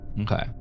okay